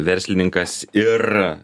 verslininkas ir